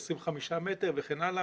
25 מטר וכן הלאה,